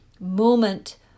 moment